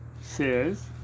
says